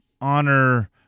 honor